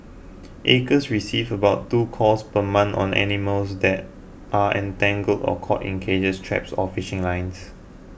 acres receive about two calls per month on animals that are entangled or caught in cages traps or fishing lines